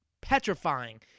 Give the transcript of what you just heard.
petrifying